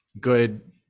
good